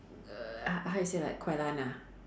uh h~ how you say like guai-lan ah